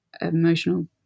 emotional